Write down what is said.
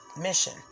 mission